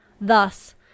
Thus